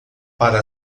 para